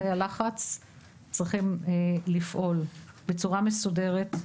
תאי הלחץ צריכים לפעול בצורה מסודרת,